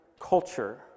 culture